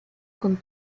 con